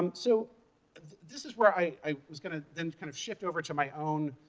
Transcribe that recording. um so this is where i i was going to kind of shift over to my own